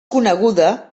coneguda